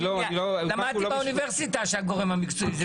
למדתי באוניברסיטה שהגורם המקצועי זה משרד הבריאות.